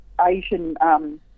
Asian